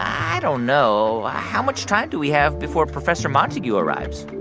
i don't know. how much time do we have before professor montague arrives?